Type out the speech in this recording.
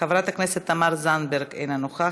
חברת הכנסת תמר זנדברג, אינה נוכחת.